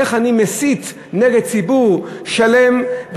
איך אני מסית נגד ציבור שלם,